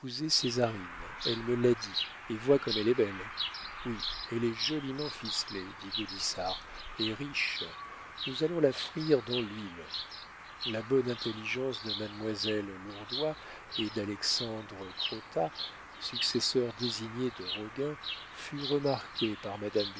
césarine elle me l'a dit et vois comme elle est belle oui elle est joliment ficelée dit gaudissart et riche nous allons la frire dans l'huile la bonne intelligence de mademoiselle lourdois et d'alexandre crottat successeur désigné de roguin fut remarquée par madame